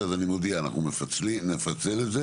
אני מודיע, אנחנו נפצל את זה